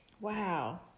Wow